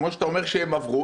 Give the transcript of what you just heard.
כמו שאתה אומר שהם עברו,